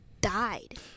died